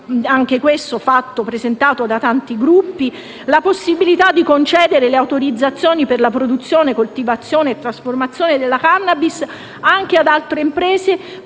(anche questo presentato da tanti Gruppi), la possibilità di concedere autorizzazioni per produzione coltivazione, trasformazione della *cannabis* anche ad altre imprese